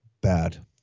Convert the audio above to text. bad